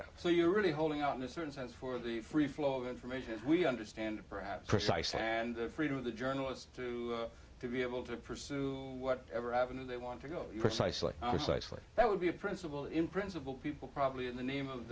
of so you really holding out in a certain sense for the free flow of information we understand perhaps precisely and the freedom of the journalist to be able to pursue whatever avenue they want to go precisely precisely that would be a principle in principle people probably in the name of